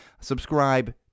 Subscribe